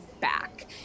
back